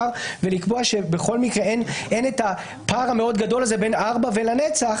ולקבוע שבכל מקרה אין את הפער המאוד גדול הזה בין ארבע ולנצח